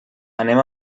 anem